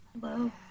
Hello